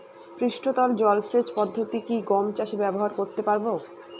পৃষ্ঠতল জলসেচ পদ্ধতি কি গম চাষে ব্যবহার করতে পারব?